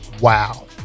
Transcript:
Wow